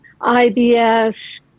IBS